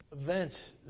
events